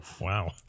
Wow